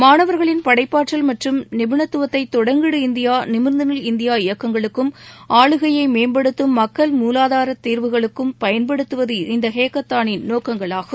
மாணவர்களின் படைப்பாற்றல் மற்றும் நிபுணத்துவத்தை தொடங்கிடு இந்தியா நிமிர்ந்துநில இந்தியா இயக்கங்களுக்கும் ஆளுகையை மேம்படுத்தும் மக்கள் மூலாதார தீர்வுகளுக்கும் பயன்படுத்துவது இந்த ஹேக்கத்தானின் நோக்கங்களாகும்